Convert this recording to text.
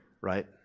right